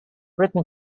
written